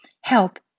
Help